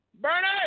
Bernie